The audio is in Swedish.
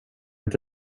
inte